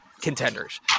contenders